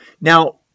Now